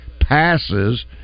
passes